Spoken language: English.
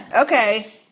Okay